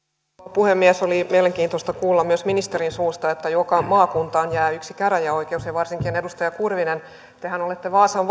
puhemies oli mielenkiintoista kuulla myös ministerin suusta että joka maakuntaan jää yksi käräjäoikeus ja varsinkin edustaja kurvisen tehän olette vaasan